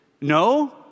No